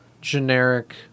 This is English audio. generic